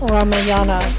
Ramayana